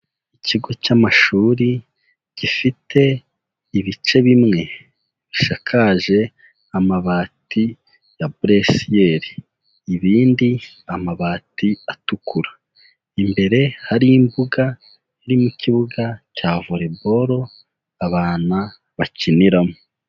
Ikigo cy'amashuri gifite ibice bimwe bishakaje amabati ya buresiyeri, ibindi amabati atukura, imbere hari imbuga irimo ikibuga cya Volley Ball abana bakiniramo.